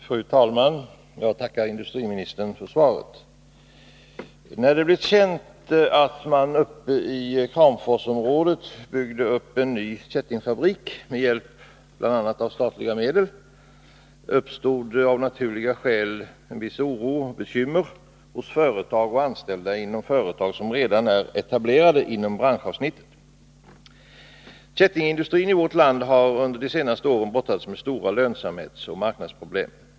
Fru talman! Jag tackar industriministern för svaret. När det blev känt att det i Kramforsområdet byggdes upp en ny kättingfabrik med hjälp av bl.a. statliga medel, uppstod det av naturliga skäl en viss oro hos företagare och anställda inom företag som redan är etablerade inom branschavsnittet. Kättingindustrin i vårt land har under de senaste åren brottats med stora lönsamhetsoch marknadsproblem.